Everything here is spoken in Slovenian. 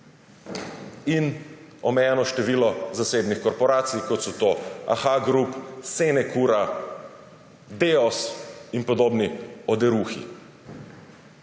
in omejeno število zasebnih korporacij, kot so to Aha Gruppe, SeneCura, Deos in podobni oderuhi.